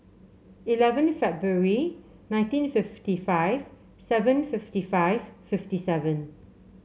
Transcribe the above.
eleven February nineteen fifty five seven fifty five fifty seven